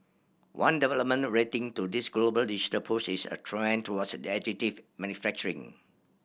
one development relating to this global digital push is a trend towards additive manufacturing